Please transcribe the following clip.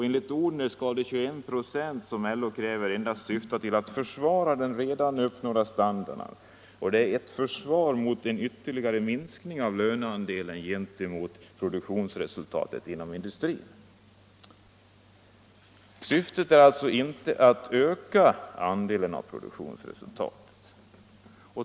Enligt Odhner skall de 21 96 som LO kräver endast syfta till att försvara den redan uppnådda standarden, och det är ett försvar mot en ytterligare minskning av löneandelen gentemot produktionsresultatet inom industrin. Syftet är alltså inte att öka andelen av produktionsresultatet.